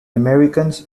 americans